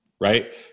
right